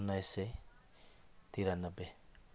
उन्नाइस सय तिरानब्बे